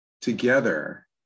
together